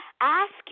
Ask